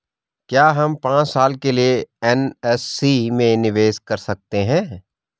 क्या हम पांच साल के लिए एन.एस.सी में निवेश कर सकते हैं?